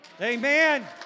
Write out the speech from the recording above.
Amen